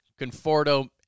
Conforto